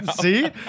See